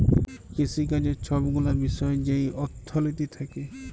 কিসিকাজের ছব গুলা বিষয় যেই অথ্থলিতি থ্যাকে